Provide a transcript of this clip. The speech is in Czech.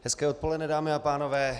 Hezké odpoledne, dámy a pánové.